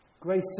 Grace